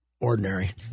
ordinary